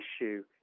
issue